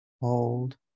Hold